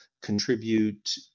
contribute